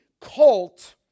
cult